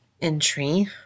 entry